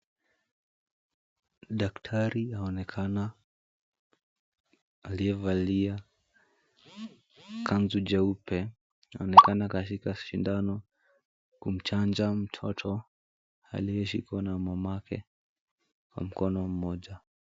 Daktari aonekana aliyevalia kanzu jeupe anaonekana kashika sindano kumchanja mtoto aliyeshikwa na mamake kwa mkono mmoja.